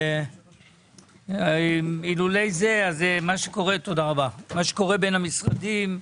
בלי זה, מה שקורה בין המשרדים,